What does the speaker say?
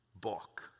book